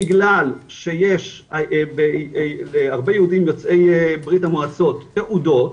בגלל שיש להרבה יהודים יוצאי בריה"מ תעודות,